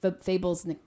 Fable's